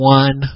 one